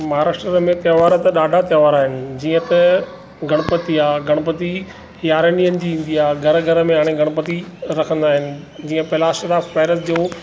महाराष्ट्र में त्योहार त ॾाढा त्योहार आहिनि जीअं त गणपति आहे गणपति यारनि ॾींहंनि जी ईंदी आहे घर घर में गणपति रखंदा आहिनि जीअं प्लास्टर ऑफ पैरिस जूं